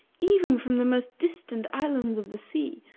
even from the most distant islands of the sea,